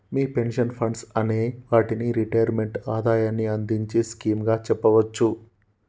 మీ pension funds అనే వాటిని retirement ఆదాయాన్ని అందించే స్కీమ్ గా చెప్పవచ్చు